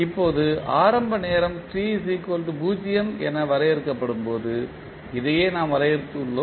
இப்போது ஆரம்ப நேரம் t 0 என வரையறுக்கப்படும்போது இதையே நாம் வரையறுத்து உள்ளோம்